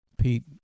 Pete